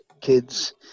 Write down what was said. kids